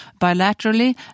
bilaterally